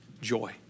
Joy